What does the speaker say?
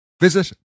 Visit